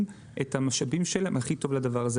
את המשאבים שלהם הכי טוב לדבר הזה.